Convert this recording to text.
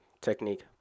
technique